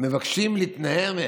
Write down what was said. מבקשים להתנער מהם,